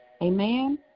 Amen